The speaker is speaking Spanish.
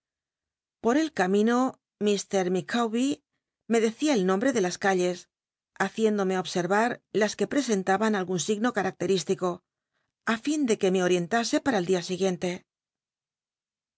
por el camino mr micawber me decía el nomwcbre de las calles haciéndome obsctvnr las c ue j senlnban algun signo cmactel'is ti o ü nn de que me ol'ientase para el dia siguiente